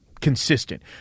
consistent